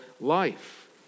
life